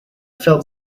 felt